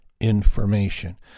information